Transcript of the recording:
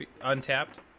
Untapped